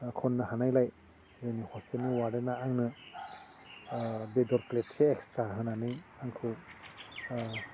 खननो हानायलाय जोंनि हस्टेलनि वार्डेना आंनो बेदर प्लेटसे एक्सट्रा होनानै आंखौ